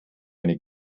eine